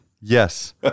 Yes